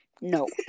No